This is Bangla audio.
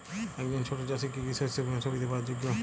একজন ছোট চাষি কি কি শস্য বিমার সুবিধা পাওয়ার যোগ্য?